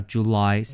July